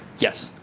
yes,